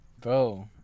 bro